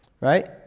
right